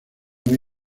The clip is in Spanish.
muy